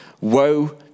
Woe